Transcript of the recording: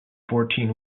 fourteen